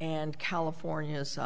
and california's